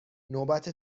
نوبت